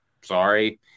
sorry